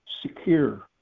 secure